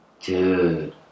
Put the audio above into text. dude